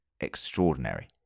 extraordinary